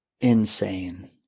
Insane